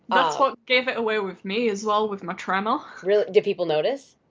that's what gave it away with me as well with my tremor. really, did people notice.